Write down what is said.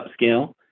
upscale